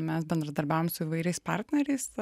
mes bendradarbiavom su įvairiais partneriais